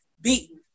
beaten